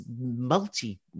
multi